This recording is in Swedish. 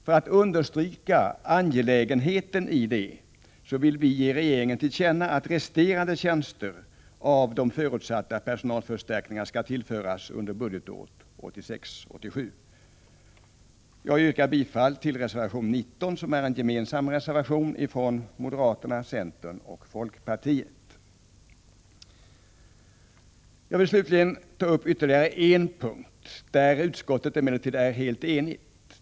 För att understryka det angelägna i detta vill vi ge regeringen till känna att resterande tjänster av de förutsatta personalförstärkningarna skall tillföras under budgetåret 1986/87. Jag yrkar bifall till reservation 19, som är en gemensam reservation från moderaterna, centern och folkpartiet. Jag vill slutligen ta upp ytterligare en punkt, där utskottet emellertid är helt enigt.